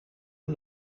hem